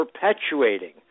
perpetuating